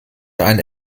eine